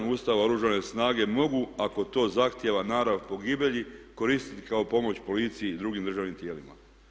Ustava Oružane snage mogu ako to zahtjeva narav pogibelji koristiti kao pomoć policiji i drugim državnim tijelima.